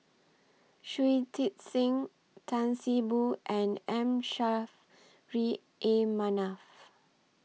Shui Tit Sing Tan See Boo and M Saffri A Manaf